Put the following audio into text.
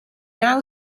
now